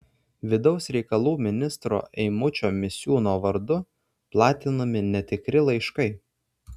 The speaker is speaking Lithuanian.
vidaus reikalų ministro eimučio misiūno vardu platinami netikri laiškai